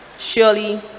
Surely